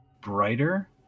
brighter